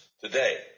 today